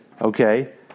Okay